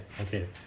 okay